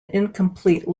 incomplete